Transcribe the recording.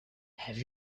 have